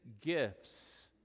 gifts